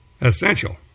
essential